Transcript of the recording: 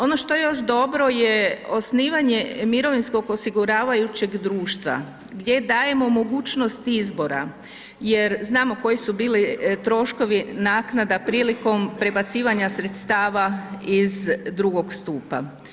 Ono što je još dobro je osnivanje mirovinskog osiguravajućeg društva gdje dajemo mogućnost izbora jer znamo koji su bili troškovi naknada prilikom prebacivanja sredstava iz drugog stupa.